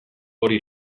hori